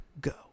go